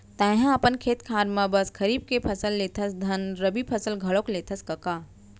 तैंहा अपन खेत खार म बस खरीफ के फसल लेथस धन रबि फसल घलौ लेथस कका?